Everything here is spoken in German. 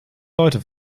leute